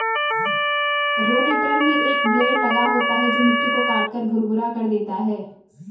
rotator में एक blade लगा होता है जो मिट्टी को काटकर भुरभुरा कर देता है